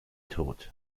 tod